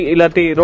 Ilati